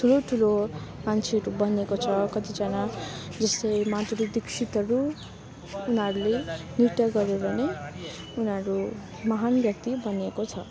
ठुलो ठुलो मान्छेहरू बनेको छ कतिजना जस्तै माधुरी दीक्षितहरू उनीहरूले नृत्य गरेर नै उनीहरू महान व्यक्ति बनेको छ